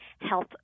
health